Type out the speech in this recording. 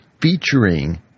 featuring